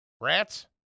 rats